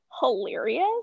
hilarious